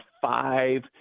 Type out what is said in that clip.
five